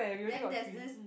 then there's this